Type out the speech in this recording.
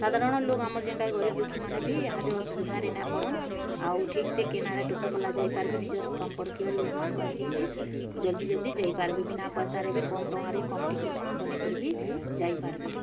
ସାଧାରଣ ଲୋକ୍ ଆମର୍ ଯେନ୍ଟାକି ଗରୀବ୍ ଦୁଃଖୀ ମାନେ ବି ଇହାଦେ ଅସୁବିଧାରେ ନାଇଁ ପଡ଼ନ୍ ଆଉ ଠିକ୍ ସେ ଯାଇପାର୍ବେ ନିଜର୍ ସମ୍ପର୍କୀୟ ଲୁକ୍ ମାନକନିକେ ବି ଜଲ୍ଦି ଜଲ୍ଦି ଯାଇ ପାର୍ବେ ବିନା ପଇସାରେ ବି କମ୍ ଟଙ୍କାରେ ବି କମ୍ ଟିକେଟ୍ ବନାଇକରି ବି ଯାଇପାର୍ବେ